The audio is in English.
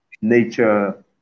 nature